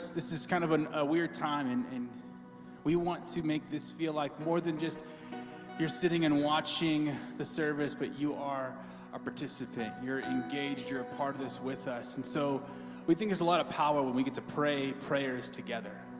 this is kind of and a weird time and and we want to make this feel like more than just you're sitting and watching the service, but you are a participant you're engaged. you're a part of this with us and so we think there's a lot of power when we get to pray prayers together.